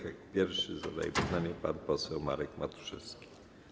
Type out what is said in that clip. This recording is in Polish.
Jako pierwszy zadaje pytanie pan poseł Marek Matuszewski.